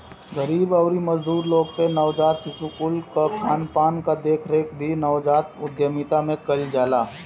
गरीब अउरी मजदूर लोग के नवजात शिशु कुल कअ खानपान कअ देखरेख भी नवजात उद्यमिता में कईल जाला